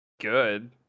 good